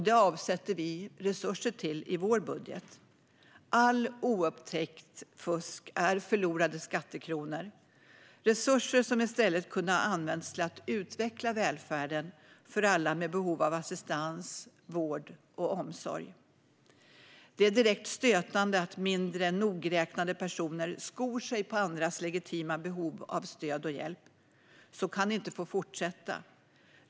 Det avsätter vi resurser till i vår budget. Allt oupptäckt fusk är förlorade skattekronor. Det är resurser som i stället kunde ha använts till att utveckla välfärden för alla med behov av assistans, vård och omsorg. Det är direkt stötande att mindre nogräknade personer skor sig på andras legitima behov av stöd och hjälp. Så kan det inte få fortsätta.